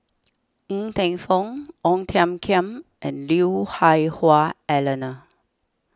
Ng Teng Fong Ong Tiong Khiam and Lui Hah Wah Elena